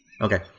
okay